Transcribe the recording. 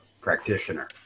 practitioner